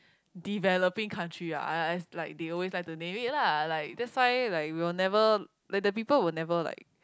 developing country ah I I like like they always like to name it lah like that's why like we will never like the people will never like